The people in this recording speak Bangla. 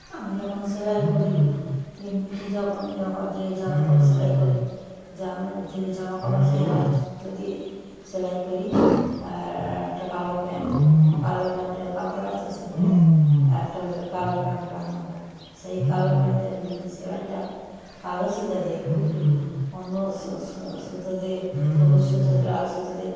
আমি যখন সেলাই করি এমনিতে যখন যখন যে জামাকাপড়ে সেলাই করি জামা যে জামাকাপড়ে সেই রং সুতো দিয়ে সেলাই করি আর একটা কালো প্যান্ট কালো প্যান্টের কাপড় আছে সেটা আমি একটা কালো প্যা বানাব সেই কালো প্যান্টের ইয়ে সেলাইটা কালো সুতা দিয়ে করি অন্য সুতো দিয়ে সবুজ সুতো লাল সুতো দিয়ে